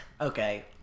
Okay